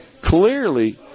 clearly